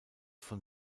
von